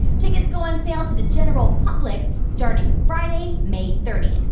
tickets go on sale to the general public starting friday, may thirty.